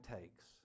takes